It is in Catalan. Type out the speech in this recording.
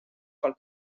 pel